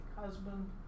husband